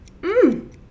Mmm